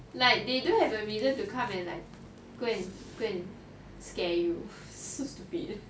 like they don't have a reason to come and like go and scare you that's so stupid